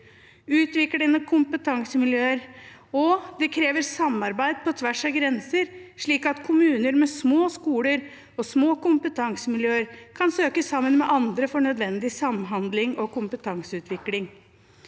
utviklende kompetansemiljøer, og det krever samarbeid på tvers av grenser, slik at kommuner med små skoler og små kompetansemiljøer kan søke sammen med andre for nødvendig samhandling og kompetanseutvikling.